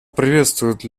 приветствует